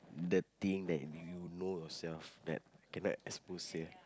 the thing that you know yourself that cannot expose say